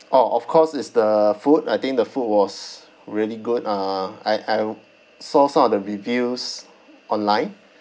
orh of course is the food I think the food was really good uh I I oo saw some of the reviews online